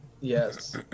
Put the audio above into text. Yes